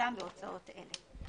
השתתפותם בהוצאות אלה.